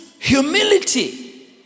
Humility